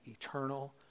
eternal